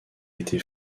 été